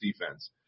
defense